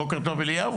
בוקר טוב אליהו,